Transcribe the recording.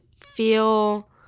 feel